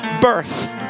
birth